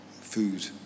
food